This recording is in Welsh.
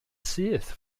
syth